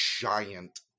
giant